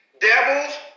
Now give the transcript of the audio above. devils